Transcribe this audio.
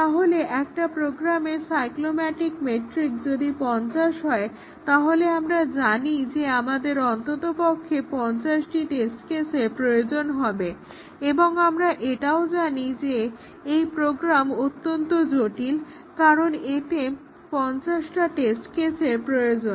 তাহলে একটা প্রোগ্রামের সাইক্লোম্যাটিক মেট্রিক যদি 50 হয় তাহলে আমরা জানি যে আমাদের অন্ততপক্ষে 50টি টেস্ট কেসের প্রয়োজন হবে এবং আমি এটাও জানি যে এই প্রোগ্রাম অত্যন্ত জটিল কারণ এতে পঞ্চাশটা টেস্ট কেসের প্রয়োজন হয়